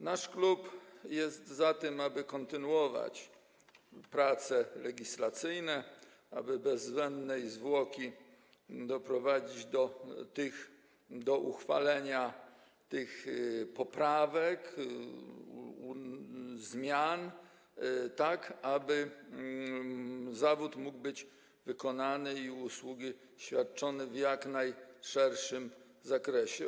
Nasz klub jest za tym, aby kontynuować prace legislacyjne, aby bez zbędnej zwłoki doprowadzić do uchwalenia tych poprawek, zmian, tak aby zawód mógł być wykonywany i usługi świadczone w jak najszerszym zakresie.